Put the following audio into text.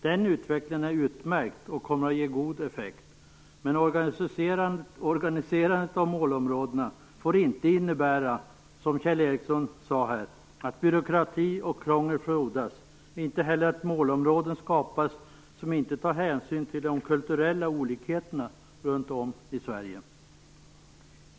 Den utvecklingen är utmärkt och kommer att ge god effekt. Men organiserandet av målområdena får inte innebära - som Kjell Ericsson här sade - att byråkrati och krångel frodas, och inte heller att målområden skapas som inte tar hänsyn till de kulturella olikheterna runt om i Sverige.